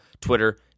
Twitter